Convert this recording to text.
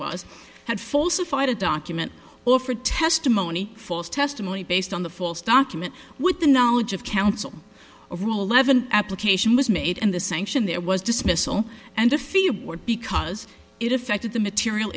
was had falsified a document or for testimony false testimony based on the false document with the knowledge of counsel or rule eleven application was made and the sanction there was dismissal and the fee board because it affected the material